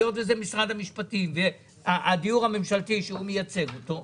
היות וזה משרד המשפטים והדיור הממשלתי שהוא מייצג אותו,